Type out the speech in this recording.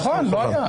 נכון, לא היה.